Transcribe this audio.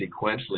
sequentially